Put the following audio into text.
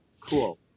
Cool